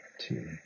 Two